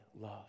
love